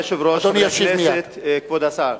אדוני היושב-ראש, חברי הכנסת, כבוד השר,